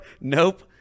Nope